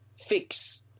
fix